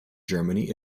germany